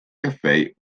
café